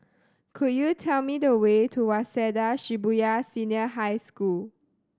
could you tell me the way to Waseda Shibuya Senior High School